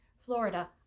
Florida